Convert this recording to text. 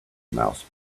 mouse